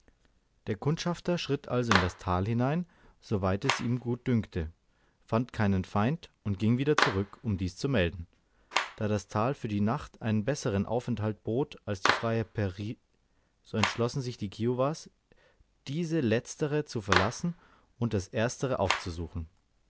der kundschafter schritt also in das tal hinein so weit es ihm gut dünkte fand keinen feind und ging wieder zurück um dies zu melden da das tal für die nacht einen besseren aufenthalt bot als die freie prairie so entschlossen sich die kiowas diese letztere zu verlassen und das erstere aufzusuchen